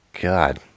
God